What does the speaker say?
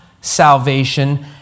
salvation